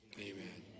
amen